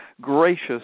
gracious